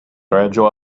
reĝo